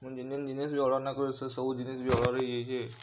ମୁଇଁ ଜିନ୍ ଜିନ୍ ଜିନିଷ୍ ବି ଅର୍ଡ଼ର୍ ନା କରି ସେ ସବୁ ଜିନିଷ୍ ବି ଅର୍ଡ଼ର୍ ହେଇ ଯାଇଛି